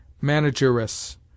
manageress